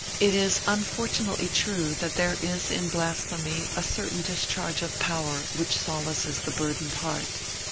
it is unfortunately true that there is in blasphemy a certain discharge of power which solaces the burdened heart.